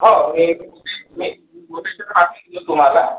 हो मी मी कोटेशन आजच देतो तुम्हाला